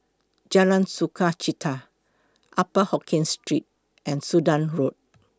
Jalan Sukachita Upper Hokkien Street and Sudan Road